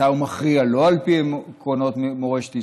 מתי הוא מכריע לו על פי עקרונות מורשת ישראל?